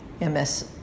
MS